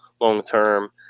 long-term